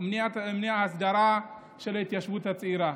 ומניעת ההסדרה של ההתיישבות הצעירה,